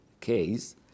case